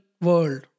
world